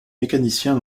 mécaniciens